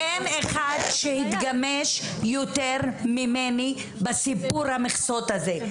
אין אחד שהתגמש יותר ממני בסיפור המכסות הזה.